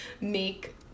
make